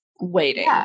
waiting